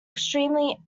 extremely